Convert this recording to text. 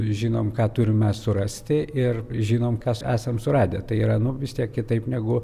žinom ką turim mes surasti ir žinom kas esam suradę tai yra nu vis tiek kitaip negu